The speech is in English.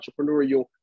entrepreneurial